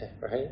right